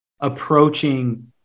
approaching